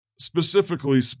Specifically